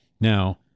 Now